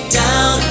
down